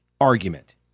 argument